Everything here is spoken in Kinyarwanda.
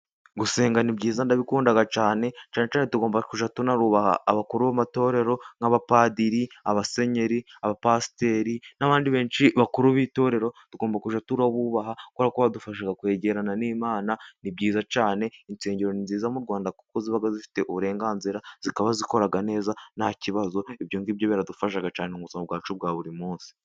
Gusenga ni byiza ndabikunda cyane, cyane cyane tugomba kujya tunarubaha abakuru b'amatorero, nk'abapadiri, abasenyeri, abapasiteri n'abandi benshi bakuru b'itorero tugomba kujya turabubaha, kubera ko badufasha kwegerana n'Imana, ni byiza cyane insengero nziza mu rwanda kuko zibaga zifite uburenganzira, zikaba zikora neza nta kibazo, ibyo biradufasha cyane mu buzima bwacu bwa buri munsi.